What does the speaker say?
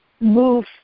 move